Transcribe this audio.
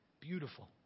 beautiful